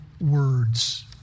words